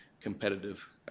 competitive